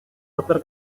dokter